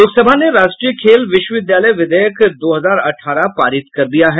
लोकसभा ने राष्ट्रीय खेल विश्वविद्यालय विधेयक दो हजार अठारह पारित कर दिया है